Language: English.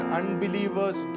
unbelievers